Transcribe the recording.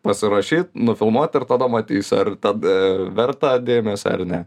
pasirašyt nufilmuot ir tada matysiu ar tad verta dėmesio ar ne